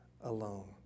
alone